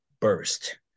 burst